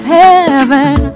heaven